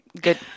Good